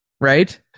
right